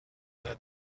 that